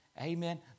amen